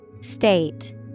State